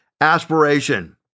aspiration